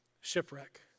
Shipwreck